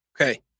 Okay